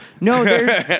no